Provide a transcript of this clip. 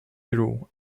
grew